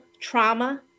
trauma